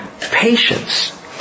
patience